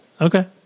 Okay